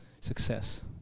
success